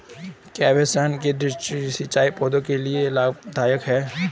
क्या बेसिन या द्रोणी सिंचाई पौधों के लिए लाभदायक है?